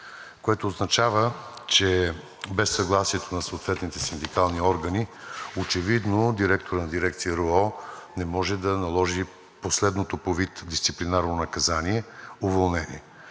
което означава, че без съгласието на съответните синдикални органи очевидно директорът на Дирекция РУО не може да наложи последното по вид дисциплинарно наказание „уволнение“.